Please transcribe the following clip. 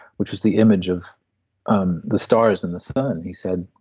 which is the image of um the stars and the sun he said,